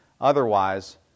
Otherwise